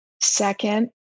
Second